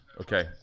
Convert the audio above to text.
Okay